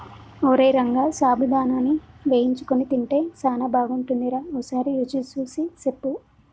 ఓరై రంగ సాబుదానాని వేయించుకొని తింటే సానా బాగుంటుందిరా ఓసారి రుచి సూసి సెప్పు